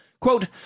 quote